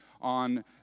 on